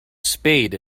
spade